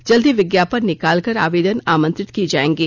जल्द ही विज्ञापन निकालकर आवेदन आमंत्रित किए जाएंगे